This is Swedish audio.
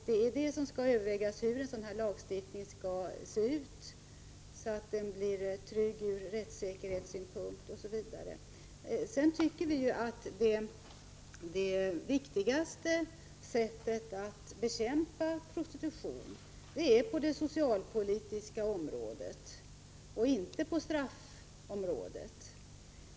Det som skall övervägas är hur en sådan här lagstiftning skall se ut, så att den blir trygg ur rättssäkerhetssynpunkt osv. Vi tycker att det bästa sättet att bekämpa prostitutionen är att göra det på det socialpolitiska området och inte på straffområdet.